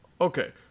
Okay